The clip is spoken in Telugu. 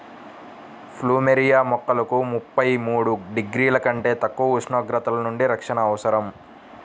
ప్లూమెరియా మొక్కలకు ముప్పై మూడు డిగ్రీల కంటే తక్కువ ఉష్ణోగ్రతల నుండి రక్షణ అవసరం